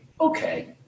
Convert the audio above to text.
Okay